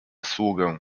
sługę